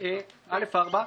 אדוני היושב-ראש,